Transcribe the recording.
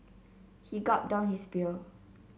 he gulped down his beer